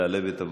מס'